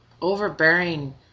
overbearing